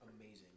amazing